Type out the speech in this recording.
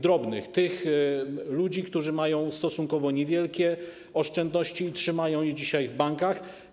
Dotyczy to ludzi, którzy mają stosunkowo niewielkie oszczędności i trzymają je dzisiaj w bankach.